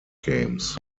games